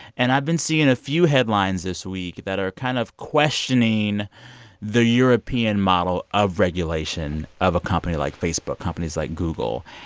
and i've been seeing a few headlines this week that are kind of questioning the european model of regulation of a company like facebook, companies like google.